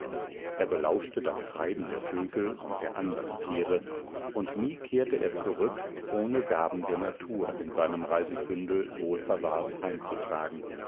er belauschte das treiben der vögel und der andern tiere und nie kehrte er zurück ohne gaben der natur in seinem reisigbündel wohlverwahrt heimzutragen sei